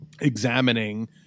examining